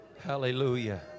Hallelujah